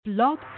Blog